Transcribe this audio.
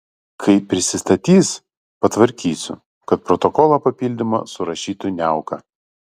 kai prisistatys patvarkysiu kad protokolo papildymą surašytų niauka